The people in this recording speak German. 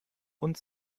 und